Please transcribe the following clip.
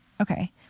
okay